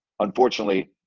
Unfortunately